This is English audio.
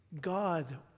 God